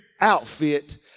outfit